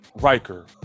Riker